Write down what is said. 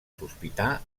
sospitar